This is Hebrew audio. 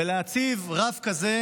ולהציב רף כזה